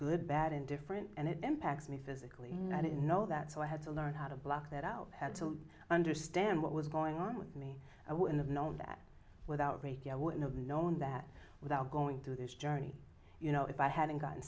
good bad indifferent and it impacts me physically not it know that so i had to learn how to block that out had to understand what was going on with me i would have known that without reiki i wouldn't have known that without going through this journey you know if i hadn't gotten